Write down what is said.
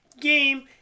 game